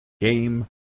Game